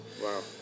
Wow